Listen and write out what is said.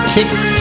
Kicks